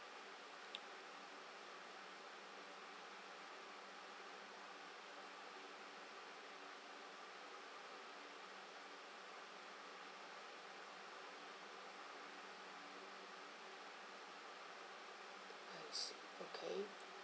I see okay